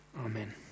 Amen